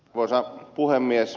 arvoisa puhemies